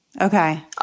Okay